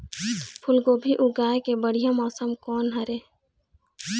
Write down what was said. फूलगोभी उगाए के बढ़िया मौसम कोन हर ये?